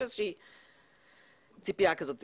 יש איזושהי ציפייה כזאת.